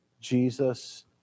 Jesus